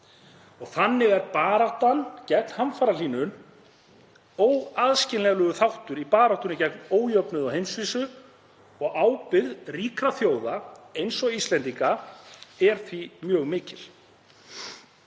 Þannig er baráttan gegn hamfarahlýnun óaðskiljanlegur þáttur í baráttunni gegn ójöfnuði á heimsvísu og ábyrgð ríkra þjóða eins og Íslendinga er því mjög mikil.